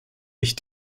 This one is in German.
ich